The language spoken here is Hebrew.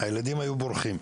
הילדים היו בורחים.